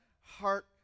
heart